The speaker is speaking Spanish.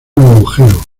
agujero